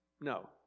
No